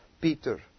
Peter